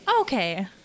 Okay